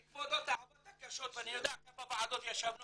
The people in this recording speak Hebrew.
כבודו, אתה עבדת קשות ואני יודע כמה ועדות ישבנו